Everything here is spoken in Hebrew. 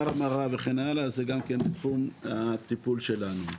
מרמרה וכן הלאה זה גם בתחום הטיפול שלנו.